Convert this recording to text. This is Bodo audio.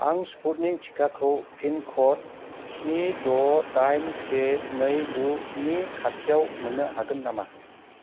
आं स्पुटनिक टिकाखौ पिनक'ड स्नि द' दाइन से नै गुनि खाथियाव मोन्नो हागोन नामा